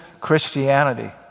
Christianity